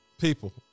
people